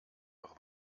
noch